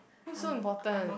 who's so important